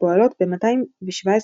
הפועלות ב-217